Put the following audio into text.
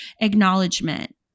acknowledgement